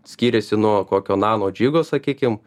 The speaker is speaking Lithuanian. skiriasi nuo kokio nano džigo sakykim